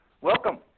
welcome